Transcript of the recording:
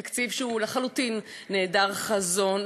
תקציב שהוא לחלוטין נעדר חזון,